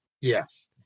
Yes